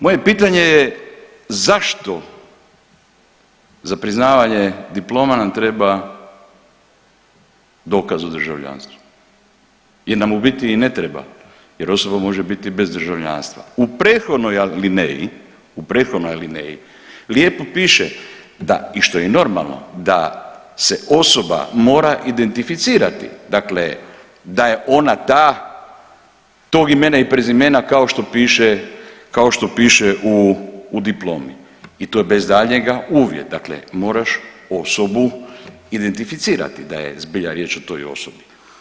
Moje pitanje je zašto za priznavanje diploma nam treba dokaz o državljanstvu jer nam u biti i ne treba, jer osoba može biti bez državljanstva u prethodnoj alineji, u prethodnoj alineji lijepo piše da, i što je normalno, da se osoba mora identificirati dakle da je ona ta, tog imena i prezimena kao što piše u diplomi i to je bez daljnjega uvjet, dakle moraš osobu identificirati, da je zbilja riječ o toj osobi.